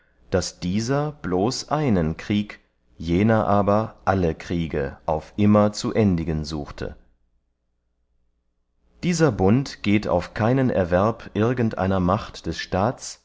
daß dieser bloß einen krieg jener aber alle kriege auf immer zu endigen suchte dieser bund geht auf keinen erwerb irgend einer macht des staats